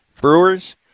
Brewers